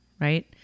Right